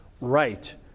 right